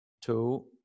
two